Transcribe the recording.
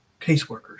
caseworkers